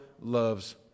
loves